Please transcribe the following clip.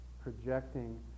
projecting